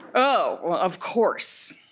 oh, well, of course.